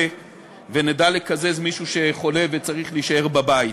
ונדע לקזז מישהו שחולה וצריך להישאר בבית.